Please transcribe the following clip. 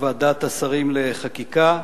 בוועדת השרים לחקיקה,